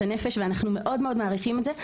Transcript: הנפש ואנחנו מאוד-מאוד מעריכים את זה,